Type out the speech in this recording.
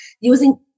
using